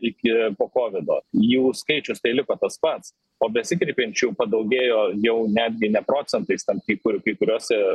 iki po kovido jų skaičius tai liko tas pats o besikreipiančių padaugėjo jau netgi ne procentais ten kai kur kai kuriose